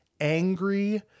angry